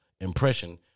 impression